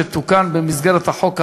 שתוקן במסגרת החוק האמור,